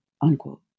unquote